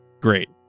Great